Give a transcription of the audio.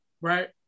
right